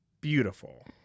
beautiful